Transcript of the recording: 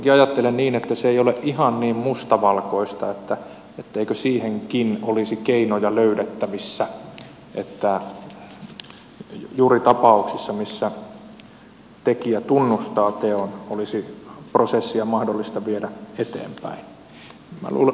kuitenkin ajattelen niin että se ei ole ihan niin mustavalkoista etteikö siihenkin olisi keinoja löydettävissä että juuri tapauksissa joissa tekijä tunnustaa teon olisi mahdollista viedä prosessia eteenpäin